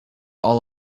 all